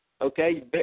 Okay